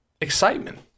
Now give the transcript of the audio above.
excitement